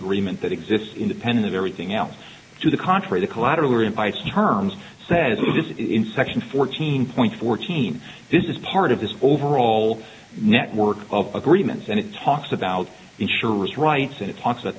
agreement that exists independent of everything else to the contrary the collateral or in price terms says this in section fourteen point fourteen this is part of this overall network of agreements and it talks about insurance rights it talks about